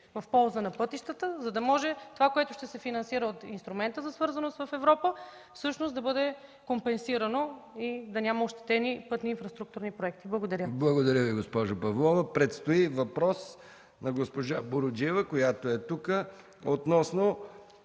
в полза на пътищата, за да може това, което ще се финансира от Инструмента за свързаност в Европа, всъщност да бъде компенсирано и да няма ощетени пътни инфраструктурни проекти. Благодаря. ПРЕДСЕДАТЕЛ МИХАИЛ МИКОВ: Благодаря Ви, госпожо Павлова. Предстои въпрос на госпожа Буруджиева, която е тук, относно